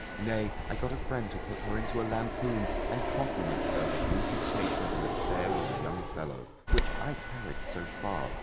nay, i got a friend to put her into a lampoon, and compliment her with the imputation of an affair with a young fellow, which i carried so far,